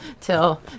till